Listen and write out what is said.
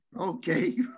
Okay